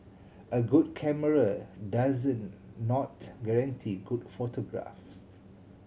a good camera doesn't not guarantee good photographs